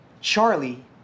Charlie